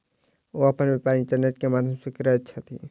ओ अपन व्यापार इंटरनेट के माध्यम से करैत छथि